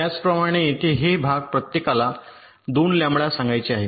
त्याचप्रमाणे येथे हे भाग प्रत्येकाला 2 लॅम्बडा सांगायचे आहे